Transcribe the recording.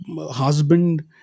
husband